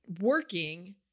working